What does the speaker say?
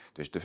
Dus